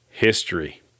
history